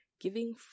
giving